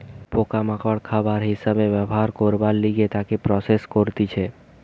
পোকা মাকড় খাবার হিসাবে ব্যবহার করবার লিগে তাকে প্রসেস করতিছে